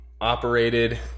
operated